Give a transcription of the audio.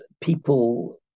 people